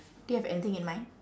do you have anything in mind